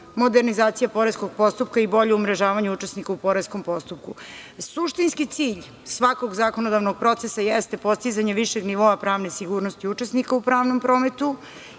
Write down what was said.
modernizacija poreskog postupka i bolje umrežavanje učesnika u poreskom postupku. Suštinski cilj svakog zakonodavnog procesa jeste postizanje višeg nivoa pravne sigurnosti učesnika u pravnom prometu